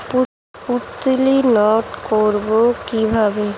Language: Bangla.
পুত্তলি নষ্ট করব কিভাবে?